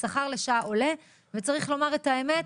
השכר לשעה עולה וצריך לומר את האמת,